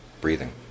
breathing